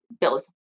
build